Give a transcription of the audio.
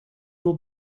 will